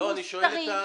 אני שואל את המשטרה.